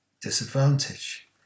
disadvantage